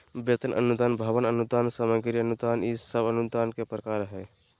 वेतन अनुदान, भवन अनुदान, सामग्री अनुदान ई सब अनुदान के प्रकार हय